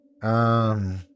Um